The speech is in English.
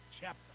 chapter